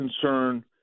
concern